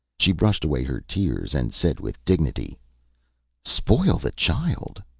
she brushed away her tears, and said with dignity spoil the child?